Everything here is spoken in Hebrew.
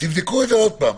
אותו שוב.